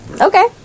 Okay